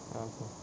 ya true